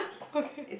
okay